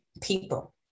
people